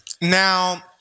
Now